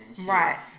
Right